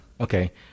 okay